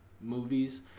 movies